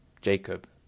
Jacob